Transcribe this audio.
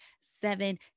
seven